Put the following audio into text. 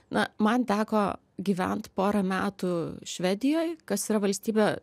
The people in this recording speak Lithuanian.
na man teko gyvenant porą metų švedijoj kas yra valstybė